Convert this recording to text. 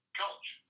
college